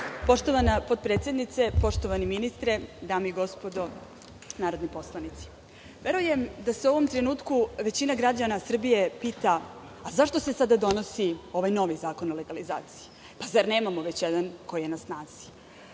Hvala. Poštovana potpredsednice, poštovani ministre, dame i gospodo narodni poslanici, verujem da se u ovom trenutku većina građana Srbije pita – zašto se sada donosi ovaj novi zakon o legalizaciji, zar nemamo već jedan koji je na snazi?